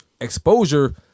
Exposure